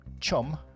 chum